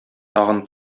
тагын